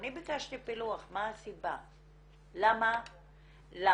אני ביקשתי פילוח מה הסיבה, למה